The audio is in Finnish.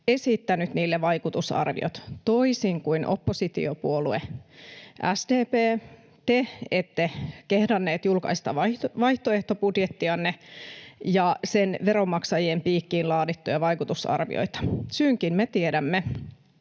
esittänyt niille vaikutusarviot — toisin kuin te, oppositiopuolue SDP, ette kehdanneet julkaista vaihtoehtobudjettianne ja sen veronmaksajien piikkiin laadittuja vaikutusarvioita. Syynkin me tiedämme: